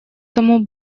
тому